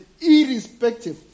Irrespective